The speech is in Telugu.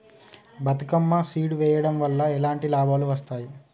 బతుకమ్మ సీడ్ వెయ్యడం వల్ల ఎలాంటి లాభాలు వస్తాయి?